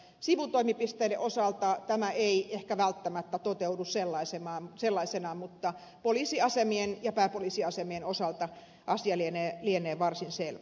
sivutoimipisteiden osalta tämä ei ehkä välttämättä toteudu sellaisenaan mutta poliisiasemien ja pääpoliisiasemien osalta asia lienee varsin selvä